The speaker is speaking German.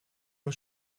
nur